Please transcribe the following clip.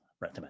right